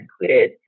included